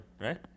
right